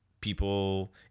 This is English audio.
people